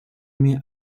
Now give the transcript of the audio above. mir